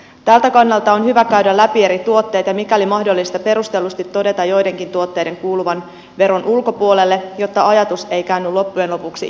tältä kannalta on hyvä käydä läpi eri tuotteet ja mikäli mahdollista perustellusti todeta joidenkin tuotteiden kuuluvan veron ulkopuolelle jotta ajatus ei käänny loppujen lopuksi itseään vastaan